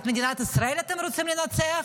את מדינת ישראל אתם רוצים לנצח?